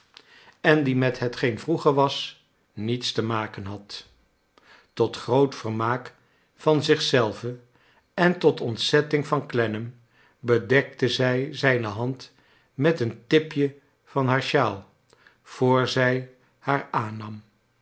en die met hetgeen vroeger was niets te maken had tot groot vermaak van zich zelve en tot ontzetting van clennam bedekte zij zijne hand met een tipje van haar shawl voor zij haar aannam